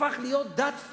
הפך להיות במדינת